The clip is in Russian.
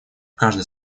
каждая